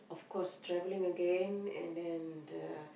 of course travelling again and then the